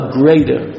greater